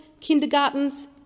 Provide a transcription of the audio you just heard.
kindergartens